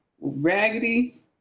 raggedy